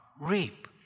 reap